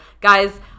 Guys